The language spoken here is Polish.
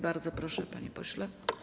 Bardzo proszę, panie pośle.